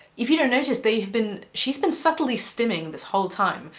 if you don't notice, they've been. she's been subtly stimming this whole time.